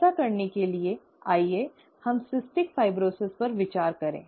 ऐसा करने के लिए आइए हम सिस्टिक फाइब्रोसिस पर विचार करें